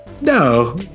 No